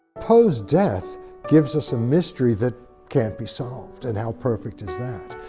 poe's death gives us a mystery that can't be solved, and how perfect is that?